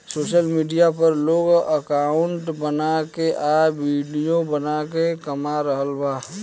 social media पर लोग account बना के आ विडिओ बना के कमा रहल बा